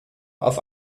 auf